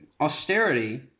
Austerity